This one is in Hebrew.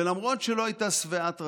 ולמרות שהיא לא הייתה שבעת רצון,